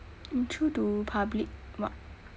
intro to public what